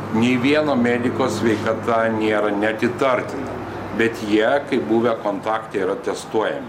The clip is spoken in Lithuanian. nei vieno mediko sveikata nėra net įtartina bet jie kaip buvę kontaktai yra testuojami